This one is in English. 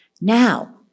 Now